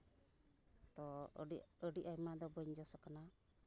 ᱛᱚ ᱟᱹᱰᱤ ᱟᱹᱰᱤ ᱟᱭᱢᱟ ᱫᱚ ᱵᱟᱹᱧ ᱡᱚᱥ ᱟᱠᱟᱱᱟ